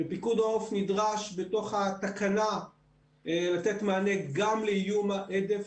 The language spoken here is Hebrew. פיקוד העורף נדרש בתוך התקנה לתת מענה גם לאיום ההדף,